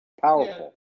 powerful